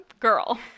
Girl